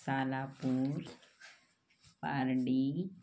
Salapur Pardi